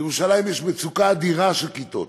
שבירושלים יש מצוקה אדירה של כיתות,